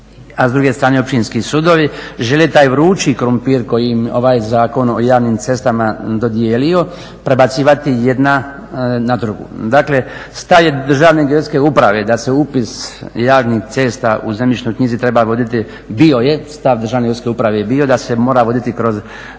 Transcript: a s druge strane Općinski sudovi žele taj vrući krumpir koji im ovaj Zakon o javnim cestama dodijelio, prebacivati jedna na drugu. Dakle, stav je Državne geodetske uprave da se upis javnih cesta u zemljišnoj knjizi treba voditi, bio je stav Državne geodetske uprave je bio da se mora voditi kroz